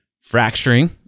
fracturing